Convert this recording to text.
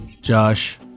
Josh